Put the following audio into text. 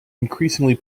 increasingly